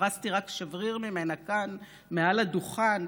שפרסתי רק שבריר ממנה כאן מעל הדוכן,